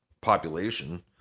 population